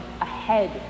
ahead